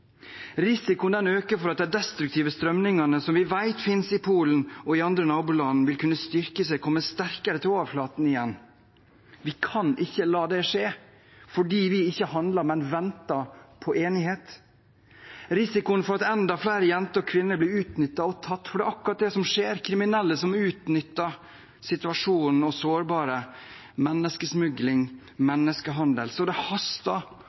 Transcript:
Risikoen øker for at de destruktive strømningene som vi vet finnes i Polen og andre naboland, vil kunne styrke seg og komme sterkere til overflaten igjen. Vi kan ikke la det skje fordi vi ikke handler, men venter på enighet. Det er risiko for at enda flere jenter og kvinner blir utnyttet og tatt, for det er akkurat det som skjer, kriminelle som utnytter situasjonen og sårbare, og menneskesmugling og menneskehandel. Så det haster